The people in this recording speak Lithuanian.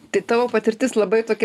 tai tavo patirtis labai tokia